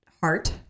heart